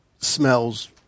smells